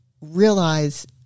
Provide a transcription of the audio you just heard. realize